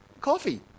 coffee